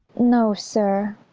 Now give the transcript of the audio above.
no sir.